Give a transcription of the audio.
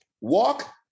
Walk